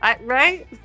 right